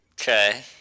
Okay